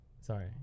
Sorry